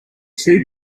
two